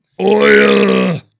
Oil